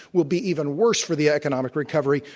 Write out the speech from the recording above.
will be even worse for the economic recovery.